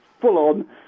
full-on